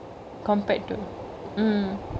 compared to mm